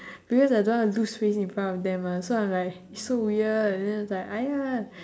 because I don't want to lose face in front of them mah so I'm like it's so weird then I was like !aiya!